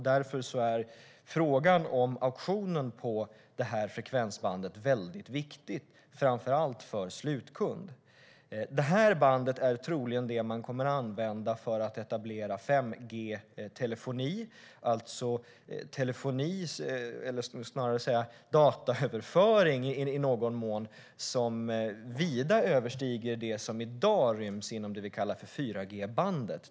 Därför är frågan om auktionen på detta frekvensband väldigt viktig, framför allt för slutkunderna. Detta är troligen det band man kommer att använda för att etablera 5G-telefoni, alltså dataöverföring som vida överstiger det vi i dag kallar för 4G-bandet.